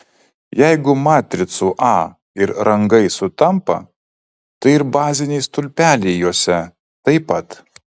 jeigu matricų a ir rangai sutampa tai ir baziniai stulpeliai jose taip pat